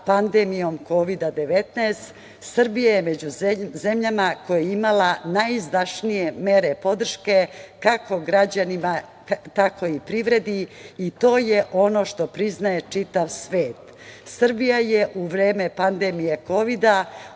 pandemijom Kovida-19 Srbija je među zemljama koja je imala najizdašnije mere podrške, kako građanima, tako i privredi, i to je ono što priznaje čitav svet. Srbija je u vreme pandemije kovida